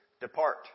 Depart